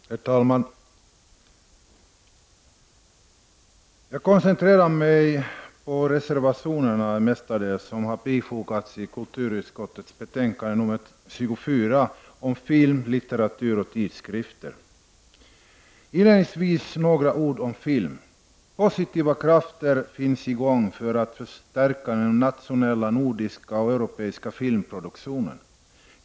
Herr talman! Jag koncenterar mig mestadels på reservationerna som har fogats till kulturutskottets betänkande nr 24 om film, litteratur och tidskrifter. Inledningsvis vill jag säga några ord om film. Positiva krafter finns för att förstärka den nationella, nordiska och europeiska filmproduktionen.